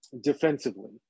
defensively